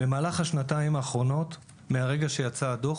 במהלך השנתיים האחרונות, מהרגע שיצא הדוח